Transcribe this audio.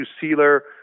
sealer